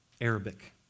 Arabic